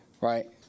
right